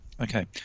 Okay